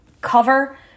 cover